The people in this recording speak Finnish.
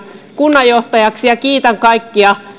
kunnanjohtajaksi ja kiitän kaikkia